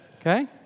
Okay